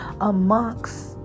amongst